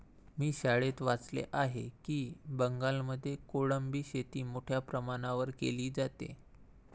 मी शाळेत वाचले आहे की बंगालमध्ये कोळंबी शेती मोठ्या प्रमाणावर केली जाते